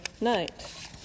night